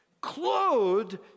clothed